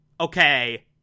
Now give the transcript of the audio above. okay